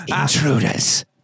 Intruders